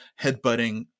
headbutting